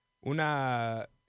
una